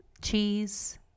cheese